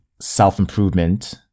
self-improvement